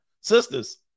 Sisters